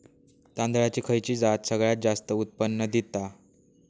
तांदळाची खयची जात सगळयात जास्त उत्पन्न दिता?